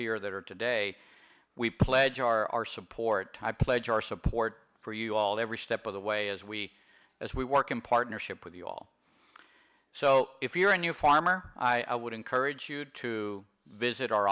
here that are today we pledge our our support type pledge our support for you all every step of the way as we as we work in partnership with you all so if you're a new farmer i would encourage you to visit our